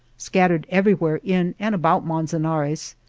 scattered everywhere in and about manzanares,